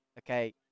okay